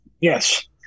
Yes